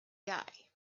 guy